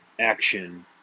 action